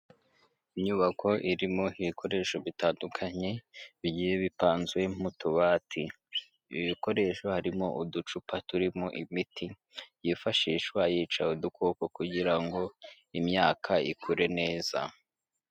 Inyubako irimo ibikoresho bitandukanye bigiye bipanzu mu tubati, ibi bikoresho harimo uducupa turimo imiti yifashishwa yica udukoko kugira ngo imyaka ikure neza.